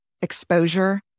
exposure